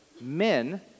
men